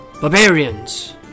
Barbarians